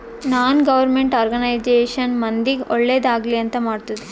ನಾನ್ government organisation ಮಂದಿಗ್ ಒಳ್ಳೇದ್ ಆಗ್ಲಿ ಅಂತ್ ಮಾಡ್ತುದ್